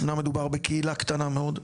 אמנם מדובר בקהילה קטנה מאוד,